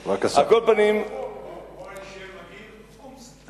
או על שם העיר חומסק.